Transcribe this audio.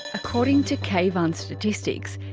according to keyvan's statistics,